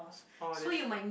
orh that's true